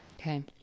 Okay